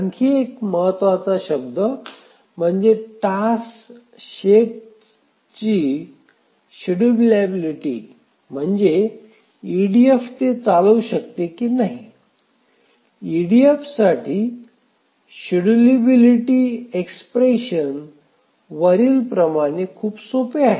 आणखी एक महत्त्वाचा शब्द म्हणजे टास्क सेटची शेड्यूलिबिलिटी म्हणजे ईडीएफ ते चालवू शकते की नाही ईडीएफसाठी शेड्यूलिबिलिटी एक्सप्रेशन वरीलप्रमाणे खूप सोपे आहे